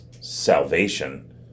salvation